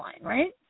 right